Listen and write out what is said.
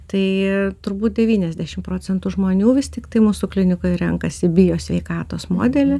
tai turbūt devyniasdešim procentų žmonių vis tiktai mūsų klinikoj renkasi bijo sveikatos modelį